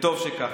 וטוב שכך.